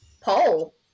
poll